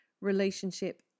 relationship